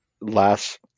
last